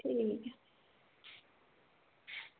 ठीक ऐ